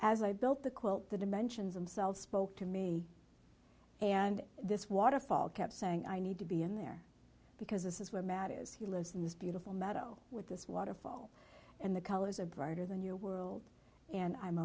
as i built the quote the dimensions them selves spoke to me and this waterfall kept saying i need to be in there because this is where matt is he lives in this beautiful meadow with this waterfall and the colors are brighter than your world and i'm